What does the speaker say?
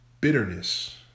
bitterness